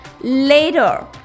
later